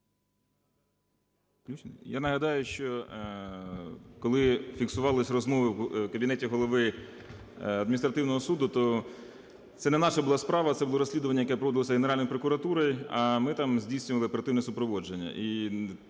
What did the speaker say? Я нагадаю, що коли фіксувались розмови в кабінеті голови адміністративного суду, то це не наша була справа, це було розслідування, яке проводилось Генеральною прокуратурою, а ми там здійснювали оперативне супроводження.